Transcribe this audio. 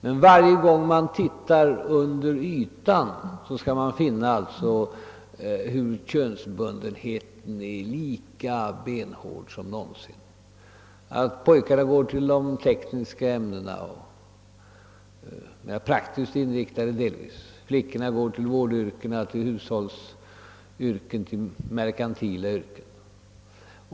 Men varje gång man tittar under ytan skall man finna att könsbundenheten är lika benhård som någonsin: pojkarna väljer de tekniska och delvis praktiskt inriktade ämnena medan flickorna går till vårdoch hushållsyrken samt merkantila yrken.